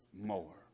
more